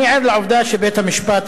אני ער לעובדה שבית-המשפט,